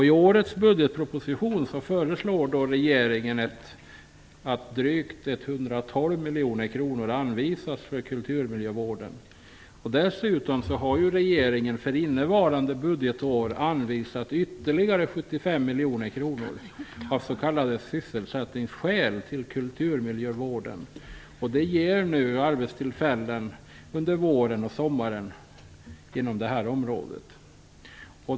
I årets budgetproposition föreslår regeringen att drygt 112 miljoner kronor anvisas för kulturmiljövården. Dessutom har regeringen för innevarande budgetår anvisat ytterligare 75 miljoner kronor av s.k. sysselsättningsskäl till kulturmiljövården. Det ger arbetstillfällen under våren och sommaren inom detta område.